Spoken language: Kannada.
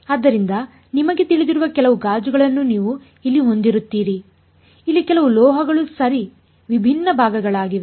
ಆದ್ದರಿಂದ ನಿಮಗೆ ತಿಳಿದಿರುವ ಕೆಲವು ಗಾಜುಗಳನ್ನು ನೀವು ಇಲ್ಲಿ ಹೊಂದಿರುತ್ತೀರಿ ಇಲ್ಲಿ ಕೆಲವು ಲೋಹಗಳು ಸರಿ ವಿಭಿನ್ನ ಭಾಗಗಳಿವೆ